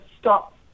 stop